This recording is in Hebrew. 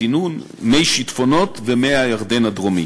סינון, מי שיטפונות ומי הירדן הדרומי.